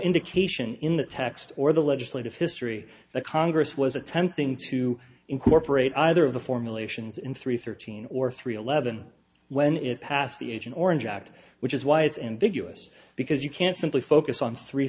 indication in the text or the legislative history that congress was attempting to incorporate either of the formulations in three thirteen or three eleven when it passed the agent orange act which is why it's ambiguous because you can't simply focus on three